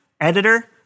editor